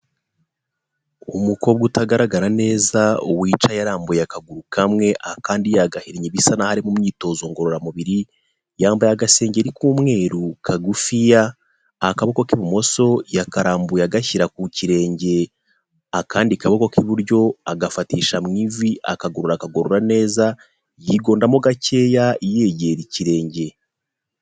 Umukobwa utagaragara neza wicaye arambuye akaguru kamwe akandi yagahinye ibisa nkaho ari mu myitozo ngororamubiri yambaye agasengeri k'umweru kagufiya, akaboko k'ibumoso yakarambuye agashyira ku kirenge akandi kaboko k'iburyo agafatisha mw’ivi akaguru akagorora neza yigondamo gakeya yegera ikirenge